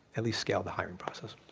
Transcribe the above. at least scale the hiring process.